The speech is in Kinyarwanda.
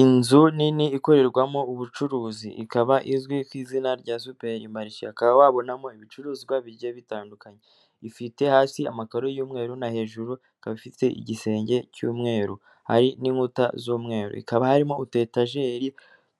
Inzu nini ikorerwamo ubucuruzi ikaba izwi ku izina rya superi marishe, akaba wabonamo ibicuruzwa bigiye bitandukanye, ifite hasi amakaro y'umweru na hejuru ikaba ifite igisenge cy'umweru hari n'inkuta z'umweru, ikaba harimo utu etajeri